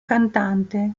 cantante